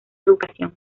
educación